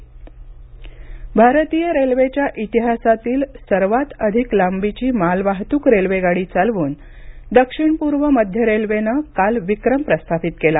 Chhattisgarh railway भारतीय रेल्वेच्या इतिहासातील सर्वांत अधिक लांबीची मालवाहतूक रेल्वेगाडी चालवून दक्षिण पूर्व मध्य रेल्वेनं काल विक्रम प्रस्थापित केला